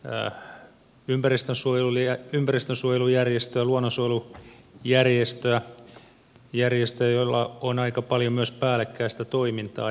nää ympäristönsuojelun ja ympäristönsuojelujärjestö monta ympäristönsuojelujärjestöä luonnonsuojelujärjestöä järjestöjä joilla on aika paljon myös päällekkäistä toimintaa